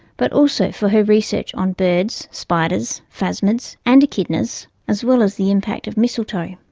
but also for her research on birds, spiders, phasmids and echidnas, as well as the impact of mistletoe.